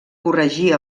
corregir